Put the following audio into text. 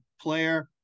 player